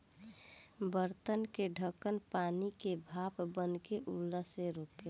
बर्तन के ढकन पानी के भाप बनके उड़ला से रोकेला